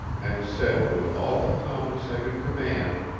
and said with all the calmness i could command